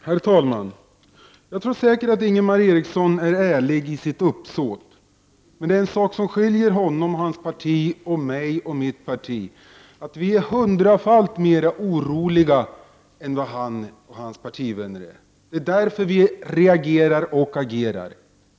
Herr talman! Jag tror säkert att Ingvar Eriksson är ärlig i sitt uppsåt. Men det är en sak som skiljer honom och hans parti från mig och mitt parti: vi i miljöpartiet är hundrafalt mer oroliga än vad Ingvar Eriksson och hans parti är. Det är därför vi reagerar och agerar.